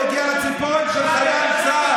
אתה לא מגיע לציפורן של חייל צה"ל.